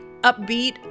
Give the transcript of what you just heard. upbeat